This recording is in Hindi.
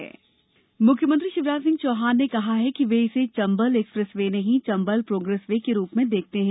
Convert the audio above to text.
चंबल एक्सप्रेस वे मुख्यमंत्री शिवराज सिंह चौहान ने कहा कि वे इसे चंबल एक्सप्रेस वे नहीं चम्बल प्रोग्रेस वे के रूप में देखते हैं